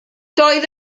doedd